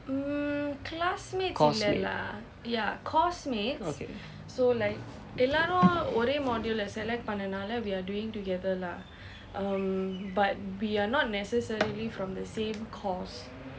course mate okay